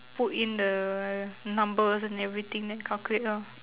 put in the numbers and everything then calculate lor